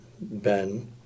Ben